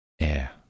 air